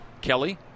Kelly